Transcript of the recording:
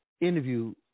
interview